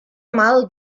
mal